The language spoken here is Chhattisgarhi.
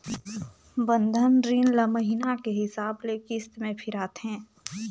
बंधन रीन ल महिना के हिसाब ले किस्त में फिराथें